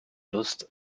lust